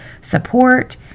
support